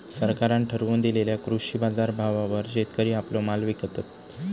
सरकारान ठरवून दिलेल्या कृषी बाजारभावावर शेतकरी आपलो माल विकतत